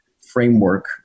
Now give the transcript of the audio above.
framework